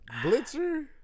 Blitzer